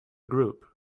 group